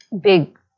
big